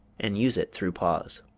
and use it through pause.